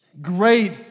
great